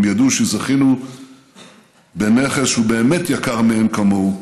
הם ידעו שזכינו בנכס שהוא באמת יקר מאין כמוהו,